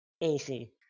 AC